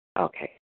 Okay